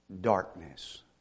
Darkness